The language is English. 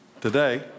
Today